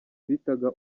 bitaga